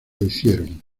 hicieron